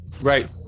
Right